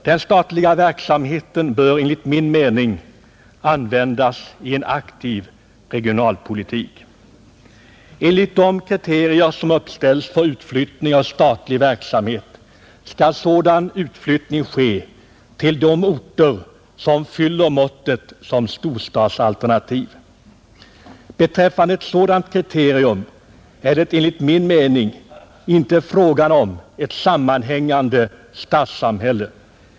Den statliga verksamheten bör enligt min mening användas i en aktiv regionalpolitik, Enligt de kriterier som uppställs för utflyttning av statlig verksamhet skall sådan utflyttning ske till de orter som fyller måttet som storstadsalternativ, Ett sådant kriterium kan enligt min mening inte vara att det är fråga om ett sammanhängande stadssamhälle.